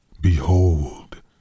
behold